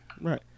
Right